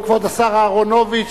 כבוד השר אהרונוביץ,